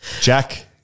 Jack